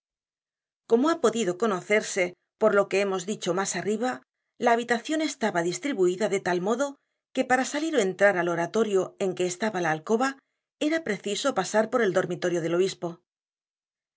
como ha podido conocerse por lo que hemos dicho mas arriba la habitacion estaba distribuida de tal modo que para salir ó entrar al oratorio en que estaba la alcoba era preciso pasar por el dormitorio del obispo